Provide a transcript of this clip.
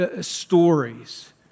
stories